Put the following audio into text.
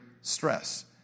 stress